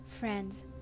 Friends